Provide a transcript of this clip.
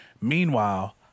Meanwhile